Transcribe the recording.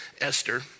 Esther